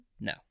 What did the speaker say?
No